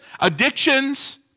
addictions